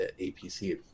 APC